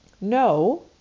no